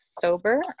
sober